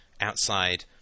outside